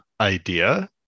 idea